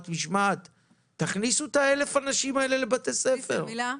--- במעבדות --- תכניסו את 1,000 האנשים האלו לבתי הספר.